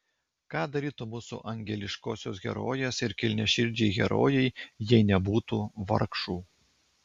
ką darytų mūsų angeliškosios herojės ir kilniaširdžiai herojai jei nebūtų vargšų